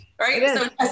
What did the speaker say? Right